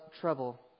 trouble